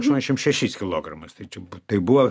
aštuoniasdešim šešis kilogramus tai čia tai buvo